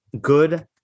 good